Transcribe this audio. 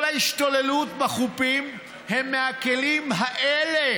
כל ההשתוללות בחופים היא מהכלים האלה.